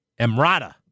Emrata